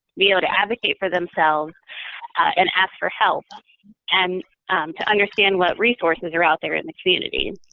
be able to advocate for themselves and ask for help and to understand what resources are out there in the community.